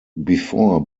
before